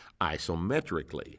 isometrically